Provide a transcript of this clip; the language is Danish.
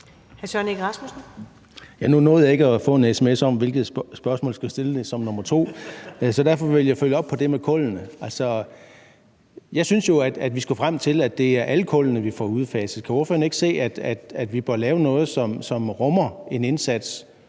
Nu nåede jeg ikke at få en sms om, hvilket spørgsmål jeg skulle stille som nummer to, så derfor vil jeg følge op på det med kullene. Jeg synes jo, at vi skal frem til, at det er alle kullene, vi får udfaset. Kan ordføreren ikke se, at vi bør lave noget, som rummer en indsats